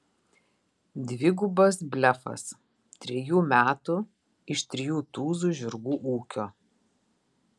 dvigubas blefas trejų metų iš trijų tūzų žirgų ūkio